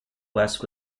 west